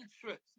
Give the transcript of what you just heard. trips